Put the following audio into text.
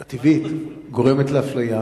הטבעית, גורמת לאפליה?